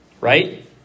right